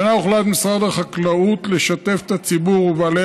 השנה הוחלט במשרד החקלאות לשתף את הציבור ואת בעלי